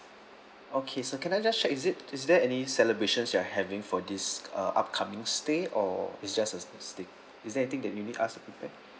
okay sir can I just check is it is there any celebrations you are having for this uh upcoming stay or it's just a stay is there anything that you need us to prepare